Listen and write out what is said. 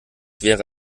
wäre